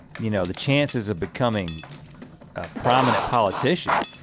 you know the chances of becoming a prominent politician,